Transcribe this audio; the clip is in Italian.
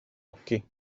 occhi